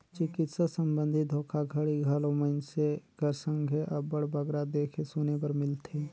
चिकित्सा संबंधी धोखाघड़ी घलो मइनसे कर संघे अब्बड़ बगरा देखे सुने बर मिलथे